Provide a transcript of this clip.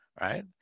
right